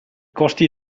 costi